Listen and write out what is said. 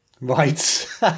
Right